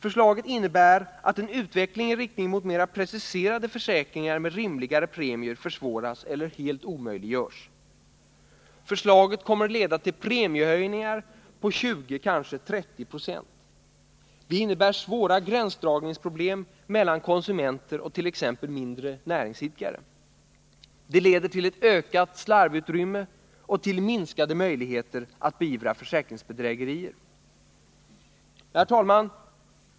Förslaget innebär att en utveckling i riktning mot mera preciserade försäkringar med rimligare premier försvåras eller helt omöjliggörs. Förslaget kommer att leda till premiehöjningar på 20, kanske 30 96. Det får till följd svåra gränsdragningsproblem mellan konsumenter och t.ex. mindre näringsidkare. Det leder till ett ökat slarvutrymme och till minskade möjligheter att beivra försäkringsbedrägerier. Herr talman!